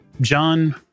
John